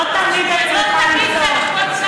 לא תמיד את צריכה לצעוק.